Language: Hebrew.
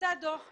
יצא דוח מחקר,